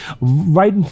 right